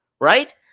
right